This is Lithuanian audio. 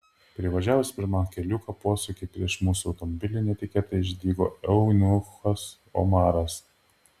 privažiavus pirmą keliuko posūkį prieš mūsų automobilį netikėtai išdygo eunuchas omaras